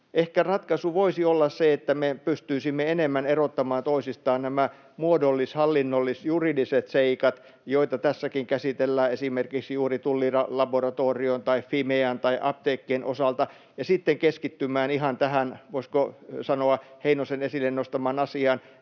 Ehkä ratkaisu voisi olla se, että me pystyisimme enemmän erottamaan toisistaan nämä muodollis-hallinnollis-juridiset seikat, joita tässäkin käsitellään, esimerkiksi juuri Tullilaboratorion tai Fimean tai apteekkien osalta, ja sitten keskittymään ihan tähän, voisiko sanoa, Heinosen esille nostamaan asiaan,